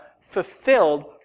fulfilled